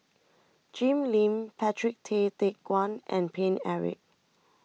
Jim Lim Patrick Tay Teck Guan and Paine Eric